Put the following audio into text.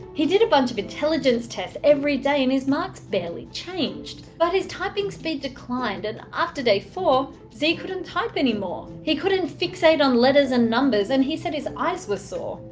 he did a bunch of intelligence tests every day and his marks barely changed. but. his typing speed declined and after day four, z couldn't type anymore. he couldn't fixate on letters and numbers and he said his eyes were sore.